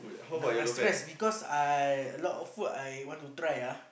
now I stress because I lot of food I want to try ah